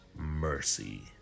Mercy